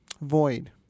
void